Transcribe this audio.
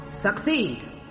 Succeed